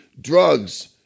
drugs